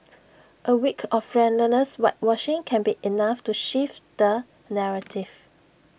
A week of relentless whitewashing can be enough to shift the narrative